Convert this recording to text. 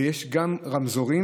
ויש גם רמזורים,